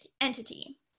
entity